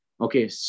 okay